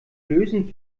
lösen